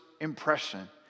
impression